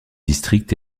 district